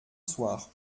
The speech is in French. soir